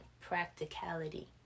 practicality